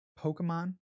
Pokemon